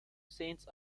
saints